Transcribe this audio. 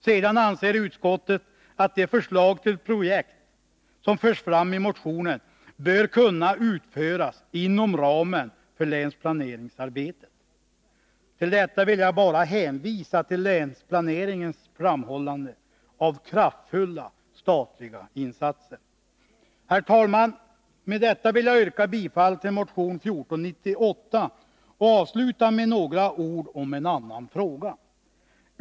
Vidare anser utskottet att de förslag till projekt som förs fram i motionen bör kunna utföras inom ramen för länsplaneringsarbetet. Med anledning av detta vill jag bara hänvisa till länsplaneringens framhållande av kraftfulla statliga insatser. Herr talman! Med det anförda vill jag yrka bifall till motion 1498. Jag skall avsluta med några ord om en annan fråga.